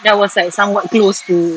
that was like somewhat close to